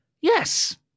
Yes